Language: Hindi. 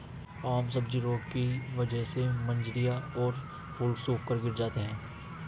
आम सब्जी रोग की वजह से मंजरियां और फूल सूखकर गिर जाते हैं